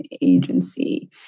agency